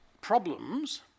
problems